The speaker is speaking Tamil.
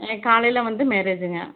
காலையில் வந்து மேரேஜ்ஜுங்க